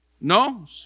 No